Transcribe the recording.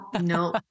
no